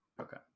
Okay